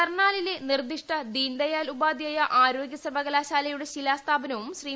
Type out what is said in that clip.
കർണാലിലെ നിർദ്ദിഷ്ട ദീൻ ദയാൽ ഉപാധ്യായ ആരോഗൃസർവകലാശാലയുടെ ശിലാസ്ഥാപനവും ശ്രീ